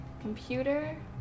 computer